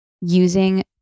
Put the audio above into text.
using